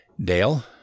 Dale